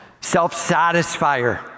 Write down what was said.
self-satisfier